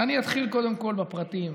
אני אתחיל קודם כול בפרטים.